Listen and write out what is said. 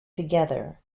together